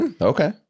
Okay